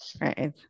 right